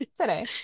today